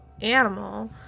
...animal